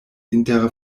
inter